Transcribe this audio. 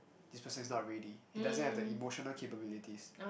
this person is not ready he doesn't have the emotional capabilities